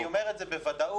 אני אומר את זה בוודאות